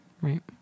Right